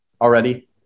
already